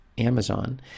Amazon